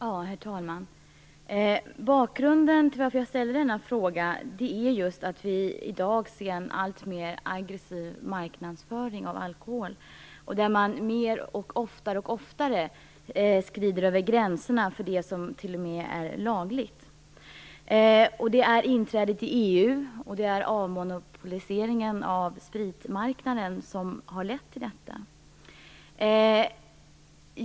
Herr talman! Bakgrunden till att jag ställde den här interpellationen är att vi i dag ser en alltmer aggressiv marknadsföring av alkohol, en marknadsföring där man mer och oftare och oftare t.o.m. skrider över gränserna för det som är lagligt. Det är inträdet i EU och avmonopoliseringen av spritmarknaden som har lett till detta.